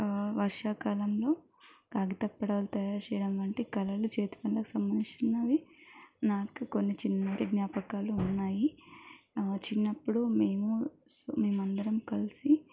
వర్షాకాలంలో కాగితపడవలు తయారు చేయడం అంటే కాళలు చేతి సంబందించినవి నాకు కొన్ని చిన్న నాటి జ్ఞాపకాలు ఉన్నాయి చిన్నప్పుడు మేము మేమందరం కలిసి